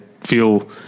feel